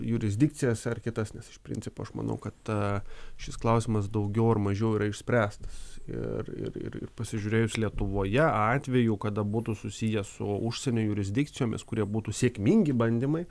jurisdikcijas ar kitas nes iš principo aš manau kad ta šis klausimas daugiau ar mažiau yra išspręstas ir ir ir pasižiūrėjus lietuvoje atvejų kada būtų susiję su užsienio jurisdikcijomis kurie būtų sėkmingi bandymai